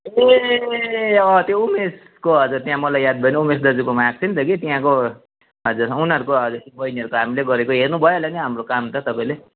ए अँ त्यो उमेशको हजुर त्यहाँ मलाई याद भयो उमेश दाजुकोमा आएको थिएँ नि त कि त्यहाँको हजुर उनीहरूको बहिनीहरूको हामीले गरेको हेर्नु भयो होला हाम्रो काम त तपाईँले